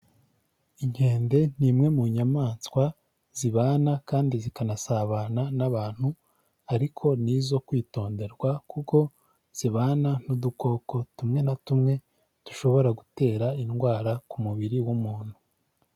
Inkende ni imwe mu nyamaswa zibana kandi zikanasabana n'abantu ariko ni izo kwitonderwa kuko zibana n'udukoko tumwe na tumwe dushobora gutera indwara ku mubiri w'umuntu.